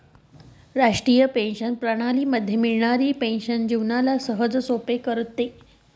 राष्ट्रीय पेंशन प्रणाली मध्ये मिळणारी पेन्शन जीवनाला सहजसोपे करते